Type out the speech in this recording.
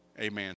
amen